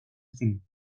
finn